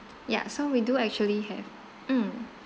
ya so we do actually have mm